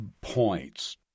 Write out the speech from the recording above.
points